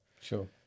sure